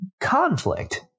Conflict